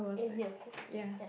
is it okay ya